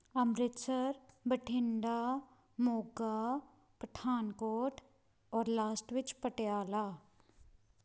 ਅੰਮ੍ਰਿਤਸਰ ਬਠਿੰਡਾ ਮੋਗਾ ਪਠਾਨਕੋਟ ਔਰ ਲਾਸਟ ਵਿੱਚ ਪਟਿਆਲਾ